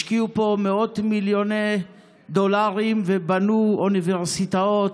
השקיעו פה מאות מיליוני דולרים ובנו אוניברסיטאות,